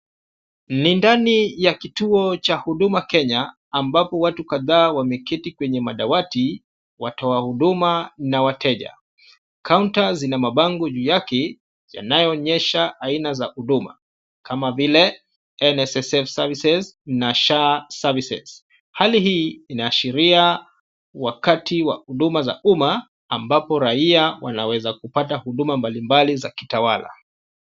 Ni ndani ya kituo cha Huduma Kenya ambapo watu kadhaa wameketi kwenye madawati watoa huduma na wateja. Counter zina mabango juu yake, yanayoonyesha aina za huduma. Kama vile NSSF Services na SHA Services. Hali hii inashiria wakati wa huduma za umma ambapo raia wanaweza kupata huduma mbalimbali za kitawala.